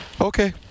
Okay